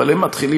אבל הם מתחילים,